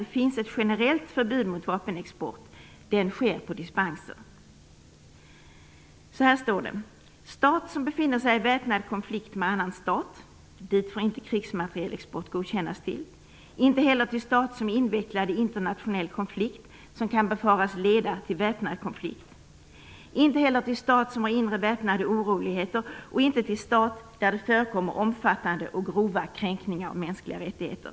De svenska riktlinjerna är följande när det gäller krigsmateriel för strid: Till stat som befinner sig i väpnad konflikt med annan stat får krigsmaterielexport inte godkännas, inte heller till stat som är invecklad i internationell konflikt, som kan befaras leda till väpnade konflikt, inte till stat som har inre väpnade oroligheter och inte till stat där det förekommer omfattande och grova kränkningar av mänskliga rättigheter.